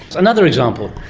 another example?